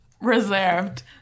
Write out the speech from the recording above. reserved